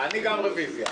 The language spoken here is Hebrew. אני גם מבקש רוויזיה.